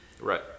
Right